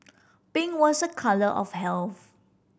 pink was a colour of health